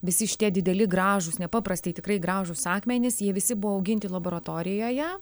visi šitie dideli gražūs nepaprastai tikrai gražūs akmenys jie visi buvo auginti laboratorijoje